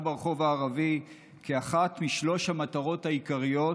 ברחוב הערבי כאחת משלוש המטרות העיקריות